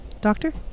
Doctor